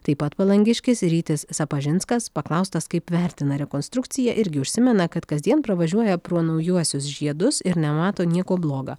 taip pat palangiškis rytis sapažinskas paklaustas kaip vertina rekonstrukciją irgi užsimena kad kasdien pravažiuoja pro naujuosius žiedus ir nemato nieko bloga